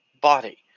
body